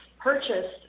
purchased